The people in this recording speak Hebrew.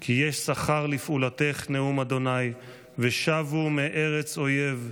כי יש שכר לפעֻלתך נאֻם ה' ושבו מארץ אויב.